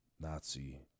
Nazi